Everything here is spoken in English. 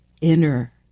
inner